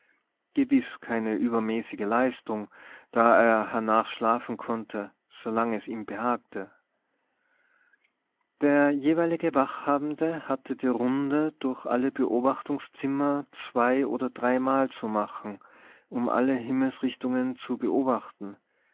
gewiß keine übermäßige leistung da er hernach schlafen konnte so lange es ihm behagte der jeweilige wachhabende hatte die runde durch alle beobachtungszimmer zwei oder dreimal zu machen um alle himmelsrichtungen zu beobachten